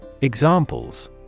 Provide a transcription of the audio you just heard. Examples